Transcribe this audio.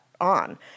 on